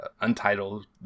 untitled